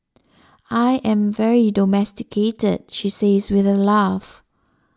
I am very domesticated she says with a laugh